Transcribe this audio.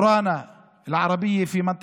פורמלי לתיק